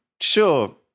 Sure